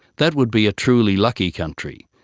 that would be a truly lucky country,